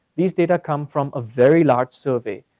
these data come from a very large survey,